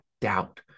doubt